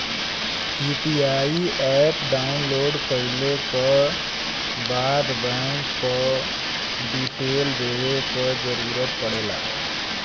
UPI app download कइले क बाद बैंक क डिटेल देवे क जरुरत पड़ेला